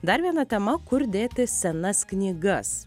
dar viena tema kur dėti senas knygas